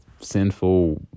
sinful